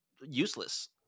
useless